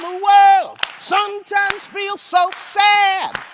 world, sometimes feel so sad